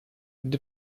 gdy